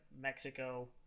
Mexico